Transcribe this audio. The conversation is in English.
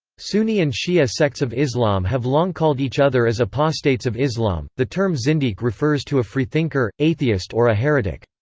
sunni and shia sects of islam have long called each other as apostates of islam the term zindiq refers to a freethinker, atheist or a heretic.